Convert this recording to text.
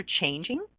changing